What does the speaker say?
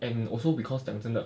and also because 讲真的